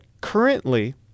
currently